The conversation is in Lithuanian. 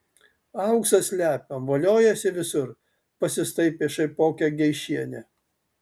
auksą slepiam voliojasi visur pasistaipė šaipokė geišienė